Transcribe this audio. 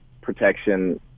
protection